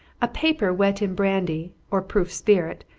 a paper wet in brandy, or proof spirit,